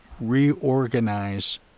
reorganize